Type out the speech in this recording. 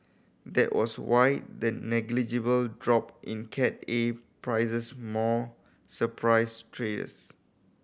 that was why the negligible drop in Cat A prices more surprised traders